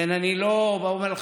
לכן אני לא בא ואומר לך: